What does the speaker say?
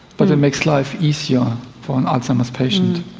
but it makes life easier for an alzheimer's patient.